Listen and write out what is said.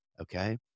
okay